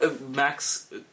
Max